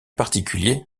particuliers